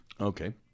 Okay